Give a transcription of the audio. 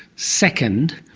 second,